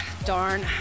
Darn